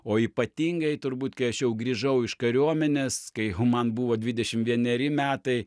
o ypatingai turbūt kai aš jau grįžau iš kariuomenės kai man buvo dvidešim vieneri metai